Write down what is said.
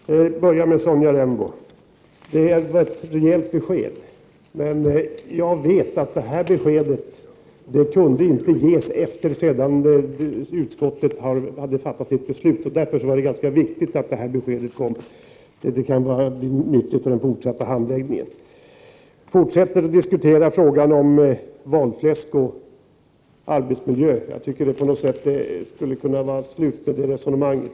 Herr talman! Jag börjar med Sonja Rembo. Det är ett rejält besked, men jag vet att det beskedet inte kunde ges sedan utskottet hade fattat sitt beslut. Därför var det ganska viktigt att beskedet kom nu. Det kan vara nyttigt för den fortsatta handläggningen. Sonja Rembo fortsätter att tala om valfläsk och arbetsmiljö. Jag tycker att det borde kunna vara slut på det resonemanget.